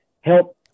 help